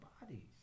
bodies